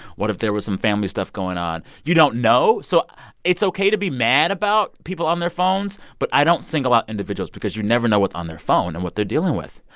what if there was some family stuff going on? you don't know. so it's ok to be mad about people on their phones, but i don't single out individuals because you never know what's on their phone and what they're dealing with.